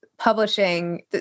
publishing